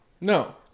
No